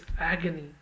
agony